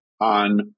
on